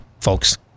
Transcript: folks